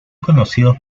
conocidos